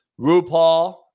RuPaul